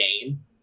game